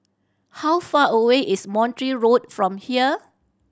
how far away is Montreal Road from here